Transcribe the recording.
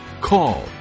call